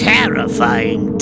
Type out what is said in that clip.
Terrifying